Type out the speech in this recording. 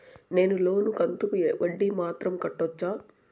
నేను లోను కంతుకు వడ్డీ మాత్రం కట్టొచ్చా?